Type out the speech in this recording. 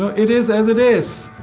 it is as it is,